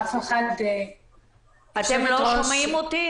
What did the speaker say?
אתם שומעים אותי